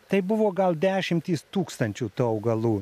tai buvo gal dešimtys tūkstančių tų augalų